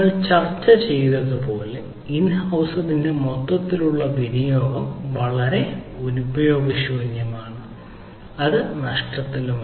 നമ്മൾ ചർച്ച ചെയ്തതുപോലെ ഇൻ ഹൌസ്ന്റെ മൊത്തത്തിലുള്ള വിനിയോഗം വളരെ ഉപയോഗശൂന്യമാണ് നിങ്ങൾക്ക് അവ നഷ്ടപ്പെടും